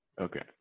Okay